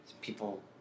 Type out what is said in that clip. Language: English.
people